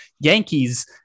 Yankees